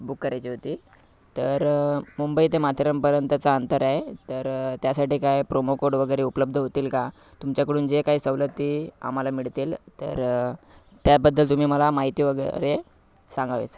book करायची होती तर मुंबई ते माथेरानपर्यंतचं अंतर आहे तर त्यासाठी काय प्रोमोकोड वगैरे उपलब्ध होतील का तुमच्याकडून जे काही सवलती आम्हाला मिळतील तर त्याबद्दल तुम्ही मला माहिती वगैरे सांगावीत